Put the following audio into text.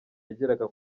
yageraga